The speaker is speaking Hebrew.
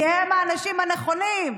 כי הם האנשים הנכונים,